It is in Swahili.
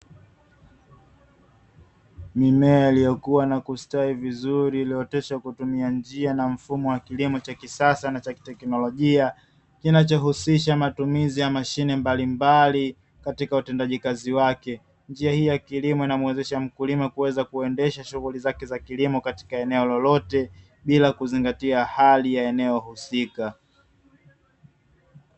Mimea iliyokua na kustawi vizuri iliyooteshwa kutumia njia na mfumo wa kilimo cha kisasa na cha kiteknolojia, kinachohusisha matumizi ya mashine mbalimbali katika utendaji kazi wake. Njia hii ya kilimo inamuwezesha mkulima kuweza kuendesha shughuli zake za kilimo katika eneo lolote bila kuzingatia hali ya eneo husika.